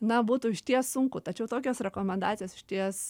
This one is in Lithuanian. na būtų išties sunku tačiau tokios rekomendacijos išties